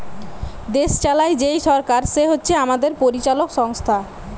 দেশ চালায় যেই সরকার সে হচ্ছে আমাদের পরিচালক সংস্থা